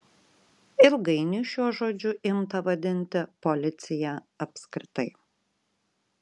ilgainiui šiuo žodžiu imta vadinti policiją apskritai